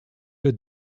wir